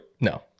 No